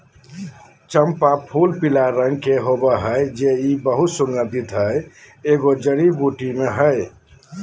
चम्पा फूलपीला रंग के होबे हइ जे बहुत सुगन्धित हइ, एगो जड़ी बूटी भी हइ